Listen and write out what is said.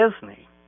Disney